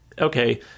okay